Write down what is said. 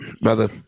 brother